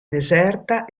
deserta